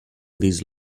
these